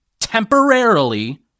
temporarily